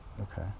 Okay